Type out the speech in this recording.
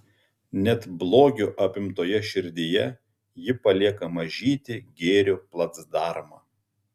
net blogio apimtoje širdyje ji palieka mažytį gėrio placdarmą